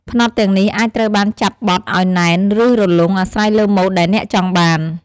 ផ្នត់ទាំងនេះអាចត្រូវបានចាប់បត់ឲ្យណែន ឬរលុង អាស្រ័យលើម៉ូដដែលអ្នកចង់បាន។